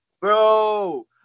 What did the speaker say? bro